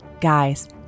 guys